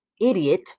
idiot